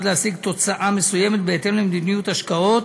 להשיג תוצאה מסוימת בהתאם למדיניות ההשקעות